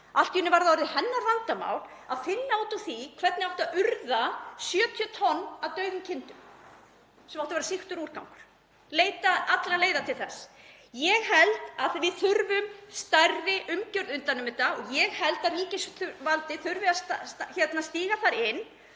allt í einu var það orðið hennar vandamál að finna út úr því hvernig átti að urða 70 tonn af dauðum kindum, sem átti að vera sýktur úrgangur, leita allra leiða til þess. Ég held að við þurfum stærri umgjörð utan um þetta og ég held að ríkisvaldið þurfi að stíga þar inn